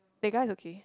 that guy is okay